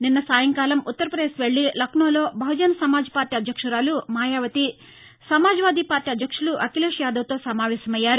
నిన్న సాయంకాలం ఉత్తర్భదేశ్ వెల్లి లక్నోలో బహుజన్ సమాజ్ పార్లీ అధ్యక్షురాలు మాయావతి సమాజ్ వాదీ పార్లీ అధ్యక్షులు అభిలేష్ యాదవ్ తో సమావేశమయ్యారు